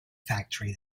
factory